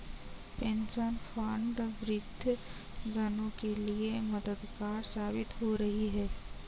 pension fund वृद्ध जनों के लिए मददगार साबित हो रही है